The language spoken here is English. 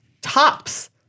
tops